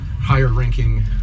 higher-ranking